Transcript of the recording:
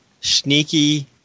sneaky